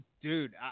dude